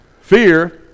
Fear